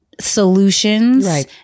solutions